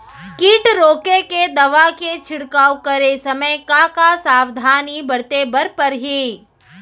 किट रोके के दवा के छिड़काव करे समय, का का सावधानी बरते बर परही?